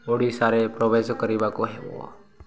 ଓଡ଼ିଶାରେ ପ୍ରବେଶ କରିବାକୁ ହେବ